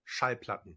Schallplatten